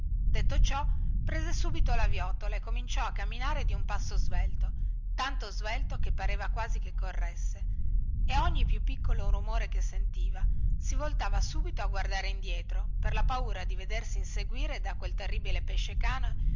detto ciò prese subito la viottola e cominciò a camminare di un passo svelto tanto svelto che pareva quasi che corresse e a ogni più piccolo rumore che sentiva si voltava subito a guardare indietro per la paura di vedersi inseguire da quel terribile pesce-cane